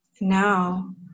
Now